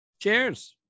Cheers